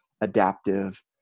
adaptive